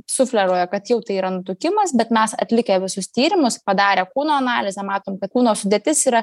sufleruoja kad jau tai yra nutukimas bet mes atlikę visus tyrimus padarę kūno analizę matom kad kūno sudėtis yra